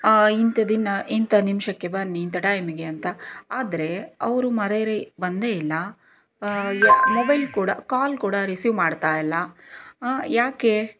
ಇಂಥ ದಿನ ಇಂಥ ನಿಮಿಷಕ್ಕೆ ಬನ್ನಿ ಇಂಥ ಟೈಮಿಗೆ ಅಂತ ಆದ್ರೆ ಅವ್ರು ಮರಾಯರೆ ಬಂದೆ ಇಲ್ಲ ಮೊಬೈಲ್ ಕೂಡ ಕಾಲ್ ಕೂಡ ರಿಸೀವ್ ಮಾಡ್ತಾಯಿಲ್ಲ ಯಾಕೆ